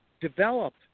develop